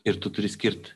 ir tu turi skirt